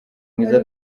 mwiza